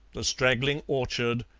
the straggling orchard,